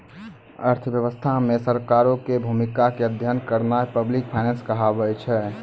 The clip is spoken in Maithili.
अर्थव्यवस्था मे सरकारो के भूमिका के अध्ययन करनाय पब्लिक फाइनेंस कहाबै छै